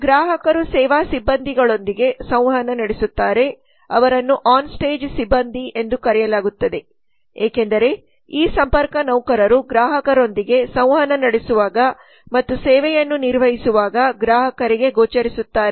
ಗ್ರಾಹಕರು ಸೇವಾ ಸಿಬ್ಬಂದಿಗಳೊಂದಿಗೆ ಸಂವಹನ ನಡೆಸುತ್ತಾರೆ ಅವರನ್ನು ಆನ್ ಸ್ಟೇಜ್ ಸಿಬ್ಬಂದಿ ಎಂದು ಕರೆಯಲಾಗುತ್ತದೆ ಏಕೆಂದರೆ ಈ ಸಂಪರ್ಕ ನೌಕರರು ಗ್ರಾಹಕರೊಂದಿಗೆ ಸಂವಹನ ನಡೆಸುವಾಗ ಮತ್ತು ಸೇವೆಯನ್ನು ನಿರ್ವಹಿಸುವಾಗ ಗ್ರಾಹಕರಿಗೆ ಗೋಚರಿಸುತ್ತಾರೆ